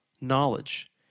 knowledge